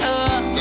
up